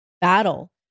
battle